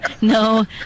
no